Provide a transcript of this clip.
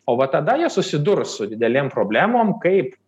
o va tada jie susidurs su didelėm problemom kaip